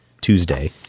Tuesday